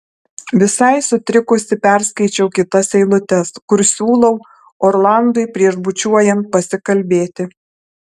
visai sutrikusi perskaičiau kitas eilutes kur siūlau orlandui prieš bučiuojant pasikalbėti